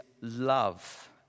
love